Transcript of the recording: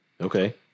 okay